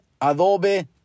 Adobe